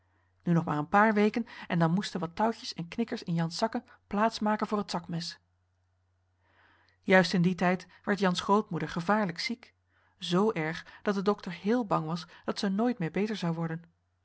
nu nog maar een paar weken en dan moesten wat touwtjes en knikkers in jan's zakken plaats maken voor het zakmes juist in dien tijd werd jan's grootmoeder gevaarlijk ziek z erg dat de dokter heel bang was dat zij nooit meer beter zou worden